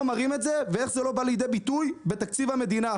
מראים את זה ואיך זה לא בא לידי ביטוי בתקציב המדינה.